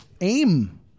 AIM